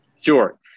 Sure